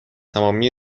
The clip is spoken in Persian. تمامی